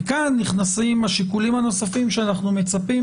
לכאן נכנסים השיקולים הנוספים שאנחנו מצפים